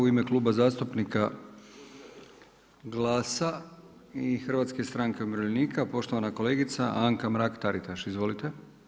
U ime Kluba zastupnika GLAS-a i Hrvatske stranke umirovljenika poštovana kolegica Anka Mrak Taritaš, izvolite.